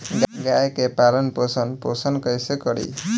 गाय के पालन पोषण पोषण कैसे करी?